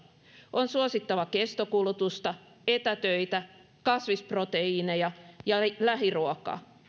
on suosittava kestokulutusta etätöitä kasvisproteiineja ja lähiruokaa